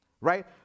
Right